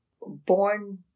born